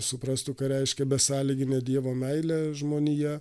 suprastų ką reiškia besąlyginė dievo meilė žmonija